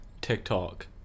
TikTok